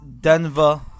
Denver